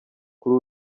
kuri